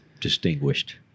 distinguished